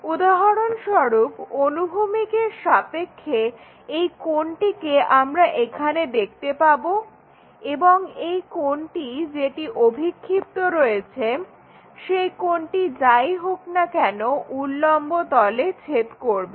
উদাহরণস্বরূপ অনুভূমিকের সাপেক্ষে এই কোণটিকে আমরা এখানে দেখতে পাবো এবং এই কোণটি যেটি অভিক্ষিপ্ত রয়েছে সেই কোণটি যাই হোক না কেন উল্লম্ব তলে ছেদ করবে